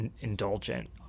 indulgent